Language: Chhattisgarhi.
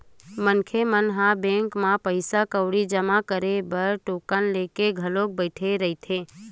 मनखे मन ह बैंक म पइसा कउड़ी ल जमा करे बर टोकन लेके घलोक बइठे रहिथे